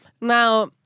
Now